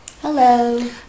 hello